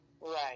Right